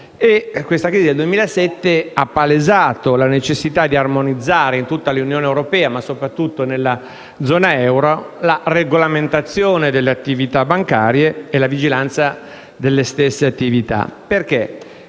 dalla crisi del 2007, che ha palesato la necessità di armonizzare in tutta l'Unione europea, ma soprattutto nella zona euro, la regolamentazione delle attività bancarie e la vigilanza delle stesse, perché